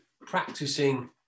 practicing